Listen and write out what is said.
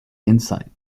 insight